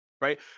right